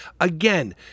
Again